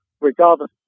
regardless